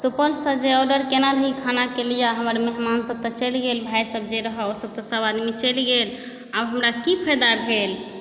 सुपौलसँ जे आर्डर केने रही खानाके लिए हमर मेहमानसभ तऽ चलि गेल भायसभ जे रहए ओसभ तऽ सभ आदमी चलि गेल आब हमरा की फायदा भेल